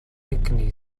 egni